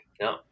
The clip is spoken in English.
no